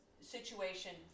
situation